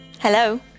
Hello